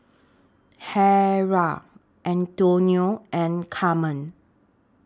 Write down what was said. Harrell Antionette and Carmen